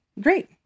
Great